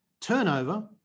turnover